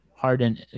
Harden